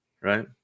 right